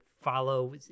follow